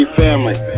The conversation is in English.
family